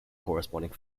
corresponding